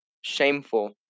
Shameful